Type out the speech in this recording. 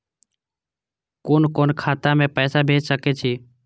कुन कोण खाता में पैसा भेज सके छी?